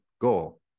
goal